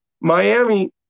Miami